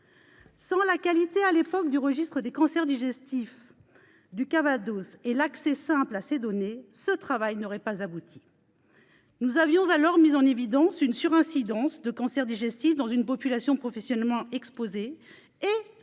sans la qualité du registre des cancers digestifs du Calvados et l'accès simple à ces données, ce travail n'aurait pas abouti. Nous avions alors mis en évidence une surincidence de cancers digestifs dans une population professionnellement exposée et